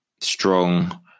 strong